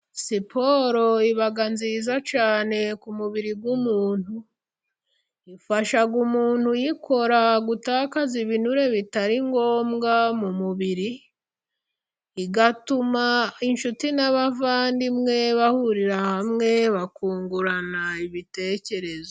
Siporo iba nziza cyane ku mubiri w'umuntu, ifasha umuntu uyikora gutakaza ibinure bitari ngombwa mu mubiri, igatuma inshuti n'abavandimwe bahurira hamwe bakungurana ibitekerezo.